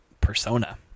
persona